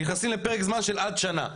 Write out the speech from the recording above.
נכנסים לפרק זמן של עד שנה,